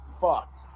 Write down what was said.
fucked